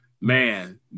man